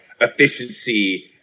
efficiency